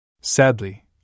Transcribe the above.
Sadly